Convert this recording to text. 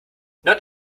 not